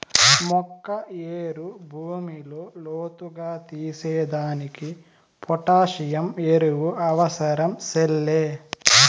మొక్క ఏరు భూమిలో లోతుగా తీసేదానికి పొటాసియం ఎరువు అవసరం సెల్లే